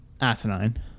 Asinine